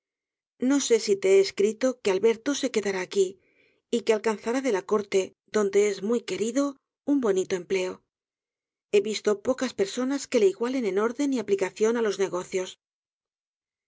no sé si te he escrito que alberto se quedará aqui y que alcanzará de la corte donde es muy querido un bonito empleo he visto pocas personas que le igualen en orden y en aplicación á los negocios